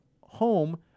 home